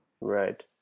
Right